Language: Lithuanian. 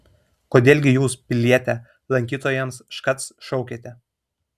kodėl gi jūs piliete lankytojams škac šaukiate